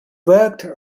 worked